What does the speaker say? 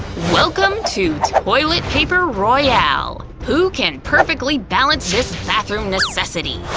welcome to toilet paper royale! who can perfectly balance this bathroom necessity?